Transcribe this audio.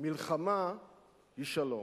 מלחמה היא שלום,